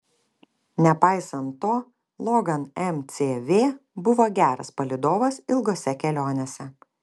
nepaisant to logan mcv buvo geras palydovas ilgose kelionėse